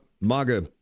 MAGA